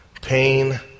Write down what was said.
pain